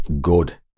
good